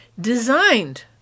designed